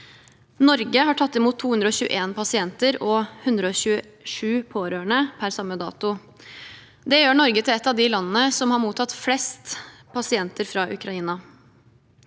Norge har tatt imot 221 pasienter og 107 pårørende per samme dato. Det gjør Norge til et av de landene som har mottatt flest pasienter fra Ukraina.